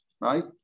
right